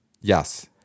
Yes